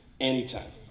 anytime